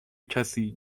کسی